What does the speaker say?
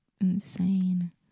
Insane